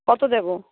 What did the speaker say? কতো দেবো